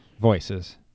voices